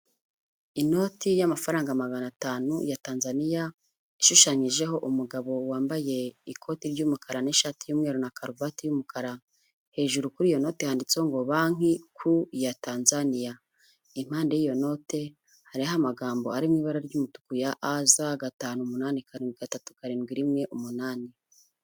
Inoti y'amafaranga magana atanu ya Tanzania, ishushanyijeho umugabo wambaye ikoti ry'umukara n'ishati y'umweru na karuvati y'umukara, hejuru kuri iyo noti yanditsweho ngo banki ku ya Tanzania, impande y'iyote, harihoho amagambo arimo ibara ry'umutuku ya aza gatanu umunani ka gatatu karindwi rimwe umunani.